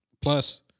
Plus